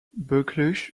buccleuch